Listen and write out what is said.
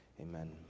Amen